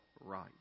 right